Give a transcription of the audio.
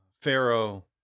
Pharaoh